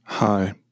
Hi